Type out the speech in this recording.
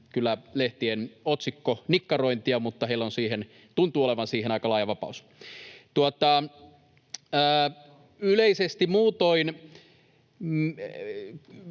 kyllä lehtien otsikkonikkarointia, mutta heillä tuntuu olevan siihen aika laaja vapaus. Yleisesti muutoin